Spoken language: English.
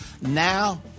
Now